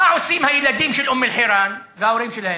מה עושים הילדים של אום-אלחיראן וההורים שלהם?